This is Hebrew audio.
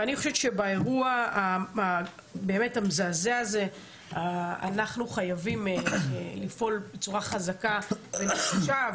אני חושבת שבאירוע המזעזע הזה אנחנו חייבים לפעול בצורה חזקה ונחושה,